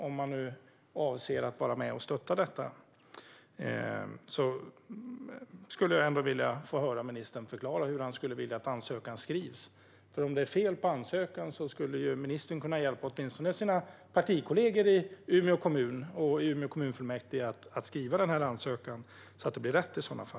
Om han nu avser att vara med och stötta detta skulle jag vilja höra ministern förklara hur han skulle vilja att ansökan skrivs. Om det är fel på ansökan skulle ju ministern kunna hjälpa åtminstone sina partikollegor i Umeå kommun och i Umeå kommunfullmäktige att skriva ansökan så att det blir rätt.